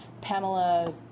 Pamela